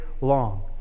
long